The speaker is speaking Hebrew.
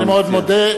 אני מודה.